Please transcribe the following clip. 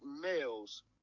males